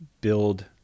build